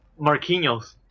Marquinhos